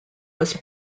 was